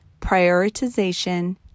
prioritization